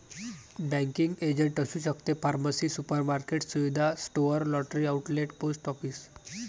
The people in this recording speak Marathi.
बँकिंग एजंट असू शकते फार्मसी सुपरमार्केट सुविधा store lottery outlet post office